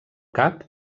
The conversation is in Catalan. cap